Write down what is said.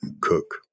cook